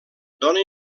dóna